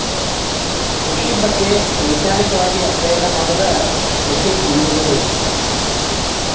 ಕೃಷಿ ಬಗ್ಗೆ ವೈಜ್ಞಾನಿಕವಾಗಿ ಅಧ್ಯಯನ ಮಾಡುದ ಕೃಷಿ ಇಂಜಿನಿಯರಿಂಗ್